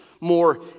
more